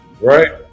right